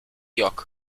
yok